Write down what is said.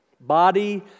Body